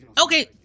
Okay